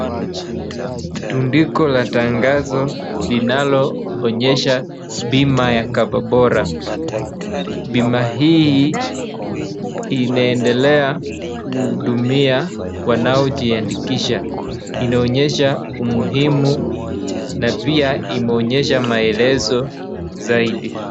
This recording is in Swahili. Tundiko la tangazo linaloonyesha bima ya Cover Bora. Bima hii inaendelea kuhudumia wanaojiandikisha. Inaonyesha umuhimu na pia imeonyesha maelezo zaidi.